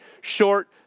short